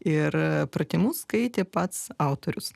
ir pratimus skaitė pats autorius